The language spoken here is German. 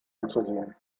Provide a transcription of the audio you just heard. anzusehen